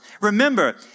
Remember